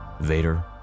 Vader